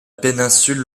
péninsule